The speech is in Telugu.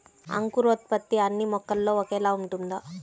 అంకురోత్పత్తి అన్నీ మొక్కలో ఒకేలా ఉంటుందా?